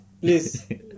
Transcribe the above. please